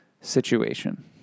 situation